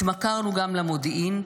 התמכרנו גם למודיעין,